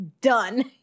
done